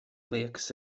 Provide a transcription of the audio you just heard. liekas